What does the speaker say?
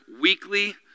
weekly